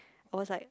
I was like